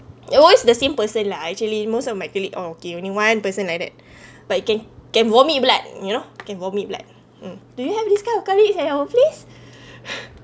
it always the same person lah actually most of my colleague all okay only one person like that but you can can vomit blood you know can vomit blood um do you have this kind of colleague at your workplace